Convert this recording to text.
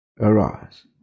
Arise